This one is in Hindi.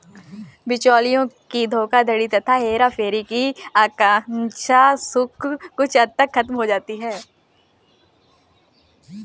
बिचौलियों की धोखाधड़ी तथा हेराफेरी की आशंका कुछ हद तक खत्म हो जाती है